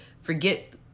forget